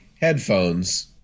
headphones